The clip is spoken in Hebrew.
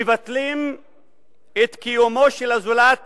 מבטלים את קיומו של הזולת